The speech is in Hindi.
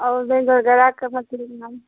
और जिन वग़ैरह का मछली